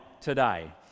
today